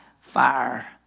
fire